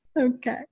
okay